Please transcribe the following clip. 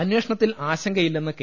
അന്വേഷണത്തിൽ ആശങ്കയില്ലെന്ന് കെ